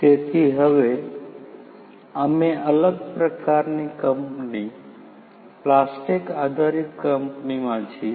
તેથી હવે અમે અલગ પ્રકારની કંપની પ્લાસ્ટિક આધારિત કંપનીમાં છીએ